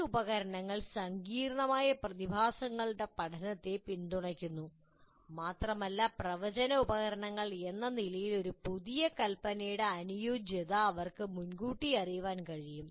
ഈ ഉപകരണങ്ങൾ സങ്കീർണ്ണമായ പ്രതിഭാസങ്ങളുടെ പഠനത്തെ പിന്തുണയ്ക്കുന്നു മാത്രമല്ല പ്രവചന ഉപകരണങ്ങൾ എന്ന നിലയിൽ ഒരു പുതിയ രൂപകൽപ്പനയുടെ അനുയോജ്യത അവർക്ക് മുൻകൂട്ടി അറിയാൻ കഴിയും